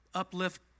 uplift